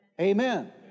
Amen